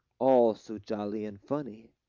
all so jolly and funny.